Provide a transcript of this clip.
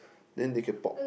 then they can pop